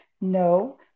No